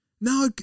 Now